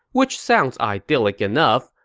which sounds idyllic enough.